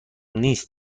نیست